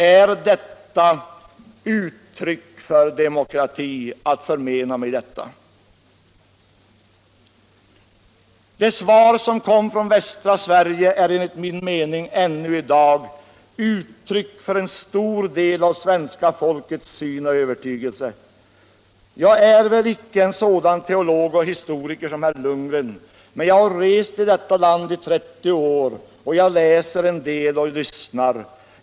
Är det ett uttryck för demokrati att förmena mig det? Det svar som kom från västra Sverige är enligt min mening ännu i dag ett uttryck för en stor del av det svenska folkets övertygelse. Jag är väl inte en sådan teolog och historiker som herr Lundgren, men jag har rest i detta land i 30 år, och jag läser en del och lyssnar.